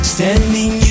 Standing